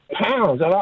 pounds